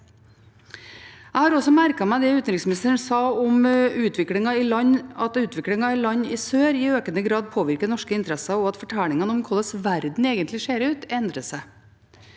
Jeg har også merket meg det utenriksministeren sa om at utviklingen i land i sør i økende grad påvirker norske interesser, og at fortellingene om hvordan verden egentlig ser ut, endrer seg.